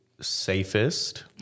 safest